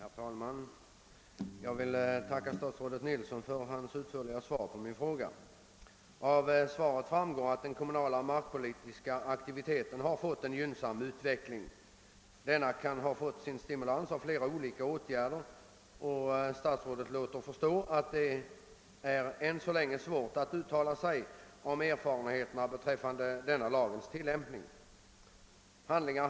Herr talman! Jag vill tacka statsrådet Nilsson för ett utförligt svar på min fråga. Av svaret framgår att den kommunala markpolitiska aktiviteten har fått en gynnsam utveckling. Denna kan ha fått stimulans av flera olika åtgärder och statsrådet låter förstå att det än så länge är svårt att uttala sig om erfarenheterna beträffande lagens tillämpning.